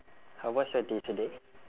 how was your day today